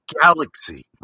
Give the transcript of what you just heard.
galaxy